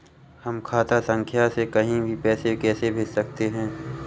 हम खाता संख्या से कहीं भी पैसे कैसे भेज सकते हैं?